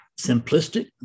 simplistic